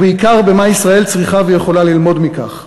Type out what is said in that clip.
ובעיקר במה ישראל צריכה ויכולה ללמוד מכך.